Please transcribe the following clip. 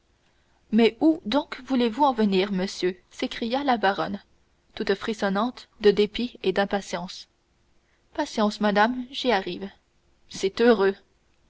mais où donc voulez-vous en venir monsieur s'écria la baronne toute frissonnante de dépit et d'impatience patience madame j'y arrive c'est heureux